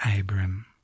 Abram